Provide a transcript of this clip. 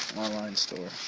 online store.